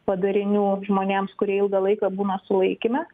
padarinių žmonėms kurie ilgą laiką būna sulaikyme